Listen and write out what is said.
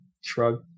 shrug